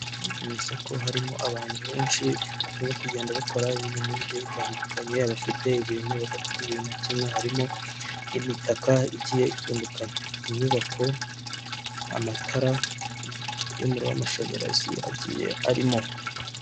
Nimwisoko harimo abantu benshi, barimo kugenda bakora ibintu bigiye bitandukanye, abafite ibintu , abadafite ibintu kimwe ,harimo imitaka igiye itandukanye, inyubako , amatara y'umuriro w'amashanyarazi agiye arimo.